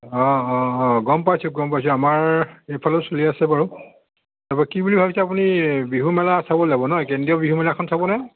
অঁ অঁ অঁ গ'ম পাইছোঁ গ'ম পাইছোঁ আমাৰ এইফালেও চলি আছে বাৰু তাৰপৰা কি বুলি ভাবিছে আপুনি এই বিহুমেলা চাবলৈ যাব ন কেন্দ্ৰীয় বিহু মেলাখন চাবনে